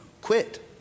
Quit